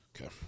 Okay